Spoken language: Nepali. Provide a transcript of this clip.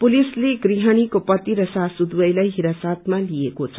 पुलिसले गृहणीको पति र सासु दुवैलाई हिरासतमा लिएको छ